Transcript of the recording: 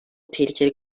tehlikeli